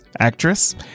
actress